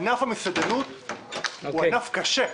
ענף המסעדנות הוא ענף קשה,